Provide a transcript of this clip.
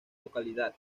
localidad